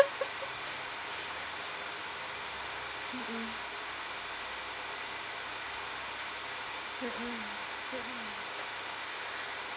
mmhmm mmhmm